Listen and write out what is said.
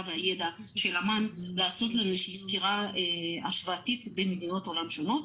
והידע של אמ"ן לעשות לנו סקירה השוואתית בין מדינות העולם השונות,